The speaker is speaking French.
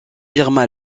irma